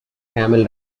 camel